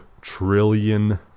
trillion